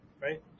right